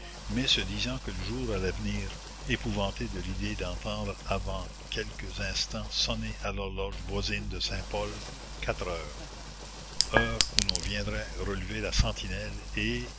mais se disant que le jour allait venir épouvanté de l'idée d'entendre avant quelques instants sonner à l'horloge voisine de saint-paul quatre heures heure où l'on viendrait relever la sentinelle et